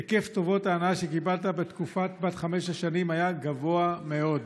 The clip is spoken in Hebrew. היקף טובות ההנאה שקיבלת בתקופת בת חמש השנים היה גבוה מאוד.